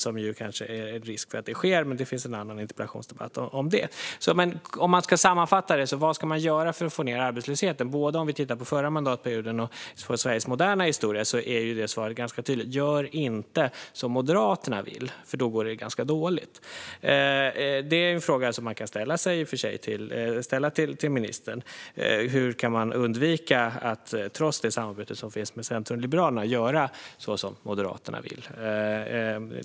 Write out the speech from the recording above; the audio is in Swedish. Det finns kanske risk för att det sker, men det finns det en annan interpellation om. Låt mig sammanfatta det. Vad ska man göra för att få ned arbetslösheten? Om man tittar både på förra mandatperioden och på Sveriges moderna historia är svaret ganska tydligt: Gör inte som Moderaterna vill, för då går det dåligt! Man kan förstås fråga ministern hur man trots samarbetet med Centern och Liberalerna kan undvika att göra som Moderaterna vill.